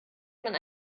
man